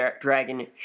dragon